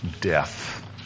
death